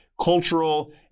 cultural